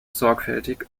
sorgfältig